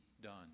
done